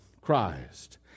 Christ